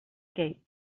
gates